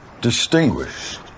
Distinguished